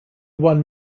won